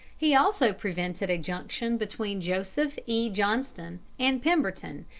he also prevented a junction between joseph e. johnston and pemberton,